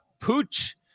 Pooch